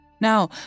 Now